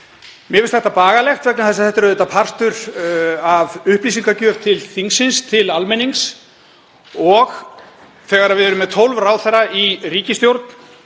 Mér finnst þetta bagalegt vegna þess að þetta er auðvitað partur af upplýsingagjöf til þingsins og til almennings og þegar við erum með tólf ráðherra í ríkisstjórn